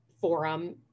forum